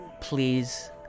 please